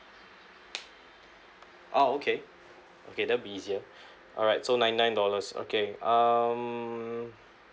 ah okay okay that'll be easier alright so ninety nine dollars okay um